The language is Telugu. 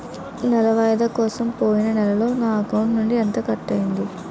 నెల వాయిదా కోసం పోయిన నెలలో నా అకౌంట్ నుండి ఎంత కట్ అయ్యింది?